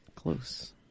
Close